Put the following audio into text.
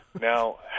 Now